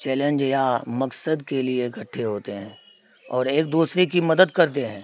challenge یا مقصد کے لیے اکٹھے ہوتے ہیں اور ایک دوسرے کی مدد کرتے ہیں